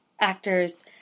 actors